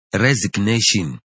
resignation